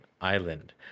Island